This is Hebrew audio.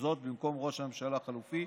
וזאת במקום ראש הממשלה החליפי,